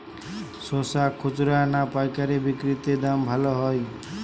শশার খুচরা না পায়কারী বিক্রি তে দাম ভালো হয়?